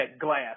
glass